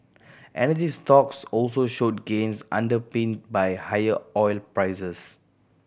energy stocks also showed gains underpinned by higher oil prices